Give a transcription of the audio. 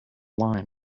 lined